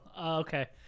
Okay